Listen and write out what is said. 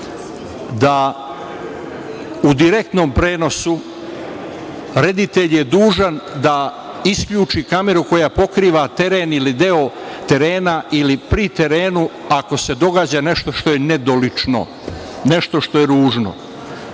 da u direktnom prenosu reditelj je dužan da isključi kameru koja pokriva teren ili deo terena ili pri terenu ako se događa nešto što je nedolično, nešto što je ružno.